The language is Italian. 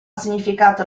significato